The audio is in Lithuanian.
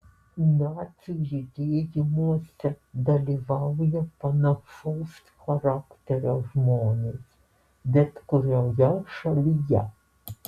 nacių judėjimuose dalyvauja panašaus charakterio žmonės bet kurioje šalyje